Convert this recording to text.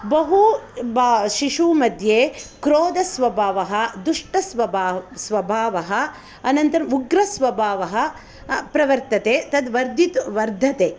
बहु शिशुमध्ये क्रोधस्वभावः दुष्टस्वभावः अनन्तरम् उग्रस्वभावः प्रवर्तते तत् वर्धते